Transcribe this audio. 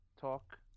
talk